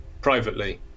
privately